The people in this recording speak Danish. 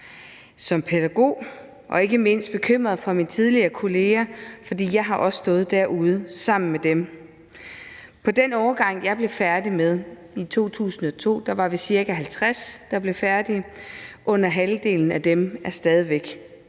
som pædagog, og ikke mindst er jeg bekymret for mine tidligere kolleger, for jeg har også stået derude sammen med dem. På min årgang var vi ca. 50, der blev færdige i 2002, og under halvdelen af dem er stadig væk